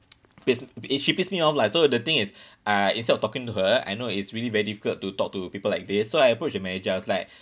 pissed it she pissed me off lah so the thing is uh instead of talking to her I know it's really very difficult to talk to people like this so I approached the manager I was like